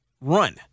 run